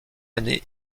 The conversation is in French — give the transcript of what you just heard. année